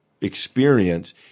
experience